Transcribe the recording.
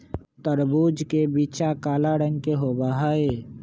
तरबूज के बीचा काला रंग के होबा हई